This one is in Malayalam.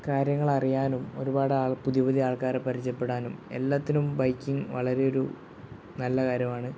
കാര്യങ്ങൾ അറിയാനും ഒരുപാട് ആൾ പുതിയ പുതിയ ആൾക്കാരെ പരിചയപ്പെടാനും എല്ലാത്തിനും ബൈക്കിംഗ് വളരെ ഒരു നല്ല കാര്യമാണ്